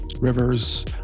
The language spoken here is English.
rivers